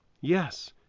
Yes